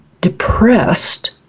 depressed